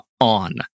on